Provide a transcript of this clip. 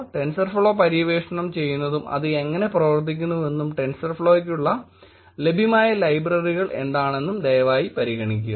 TensorFlow പര്യവേക്ഷണം ചെയ്യുന്നതും അത് എങ്ങനെ പ്രവർത്തിക്കുന്നുവെന്നും ടെൻസർ ഫ്ലോയ്ക്കുള്ളിൽ ലഭ്യമായ ലൈബ്രറികൾ എന്താണെന്നും ദയവായി പരിഗണിക്കുക